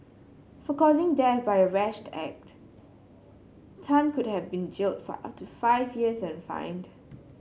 for causing death by a rash act Tan could have been jailed for up to five years and fined